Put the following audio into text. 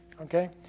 okay